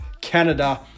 Canada